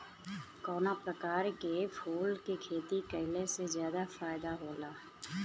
कवना प्रकार के फूल के खेती कइला से ज्यादा फायदा होला?